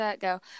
go